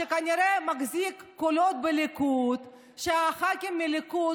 שכנראה מחזיק קולות בליכוד והח"כים מהליכוד